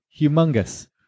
Humongous